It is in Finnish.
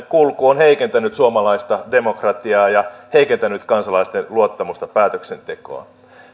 kulku on heikentänyt suomalaista demokratiaa ja heikentänyt kansalaisten luottamusta päätöksentekoon